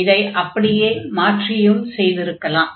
இதை அப்படியே மாற்றியும் செய்திருக்கலாம்